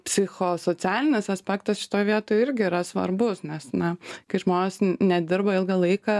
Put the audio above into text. psichosocialinis aspektas šitoj vietoj irgi yra svarbus nes na kai žmonės n nedirba ilgą laiką